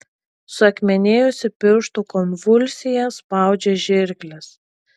suakmenėjusi pirštų konvulsija spaudžia žirkles